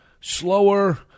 slower